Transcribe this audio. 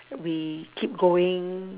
we keep going